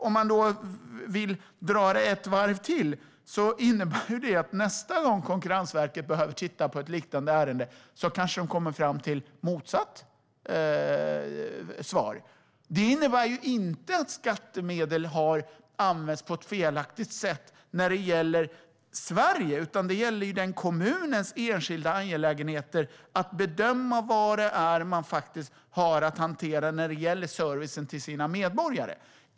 Om man vill dra det ett varv till innebär det att Konkurrensverket, nästa gång de behöver titta på ett liknande ärende, kanske kommer fram till motsatt svar. Det innebär inte att skattemedel har använts på ett felaktigt sätt, när det gäller Sverige. Det gäller den kommunens enskilda angelägenheter, att bedöma vad man har att hantera i fråga om servicen till sina medborgare.